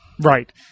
Right